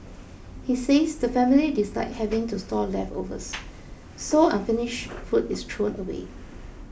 he says the family dislike having to store leftovers so unfinished food is thrown away